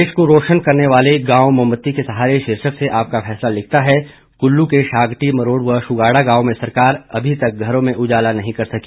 देश को रोशन करने वाले गांव मोमबत्ती के सहारे शीर्षक से आपका फैसला लिखता है कुल्लू के शागटी मरोड़ व शुगाड़ा गांव में सरकार अभी तक घरों में उजाला नहीं कर सकी